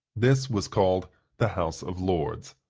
this was called the house of lords.